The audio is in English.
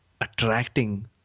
attracting